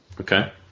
Okay